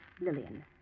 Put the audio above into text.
Lillian